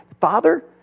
Father